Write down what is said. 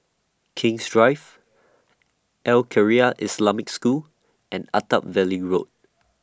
King's Drive Al Khairiah Islamic School and Attap Valley Road